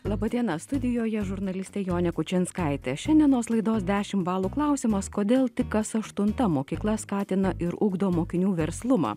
laba diena studijoje žurnalistė jonė kučinskaitė šiandienos laidos dešimt balų klausimas kodėl tik kas aštunta mokykla skatina ir ugdo mokinių verslumą